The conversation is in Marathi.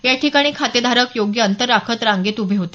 या ठिकाणी खातेधारक योग्य अंतर राखत रांगेत उभे होते